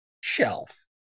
shelf